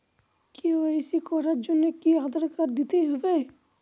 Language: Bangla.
কে.ওয়াই.সি করার জন্য কি আধার কার্ড দিতেই হবে?